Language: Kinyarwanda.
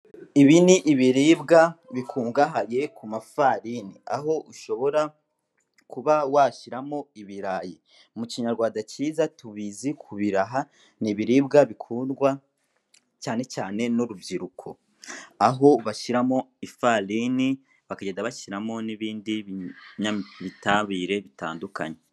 Ibi ni ibiribwa bikungahaye ku mafarini, aho ushobora kuba washyiramo ibirayi. Mu kinyarwanda cyiza tubizi ku biraha, ni ibiribwa bikundwa cyane cyane n'urubyiruko, aho bashyiramo ifarini, bakagenda bashiramo n'ibindi binyabutabire bitandukanye.